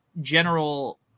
general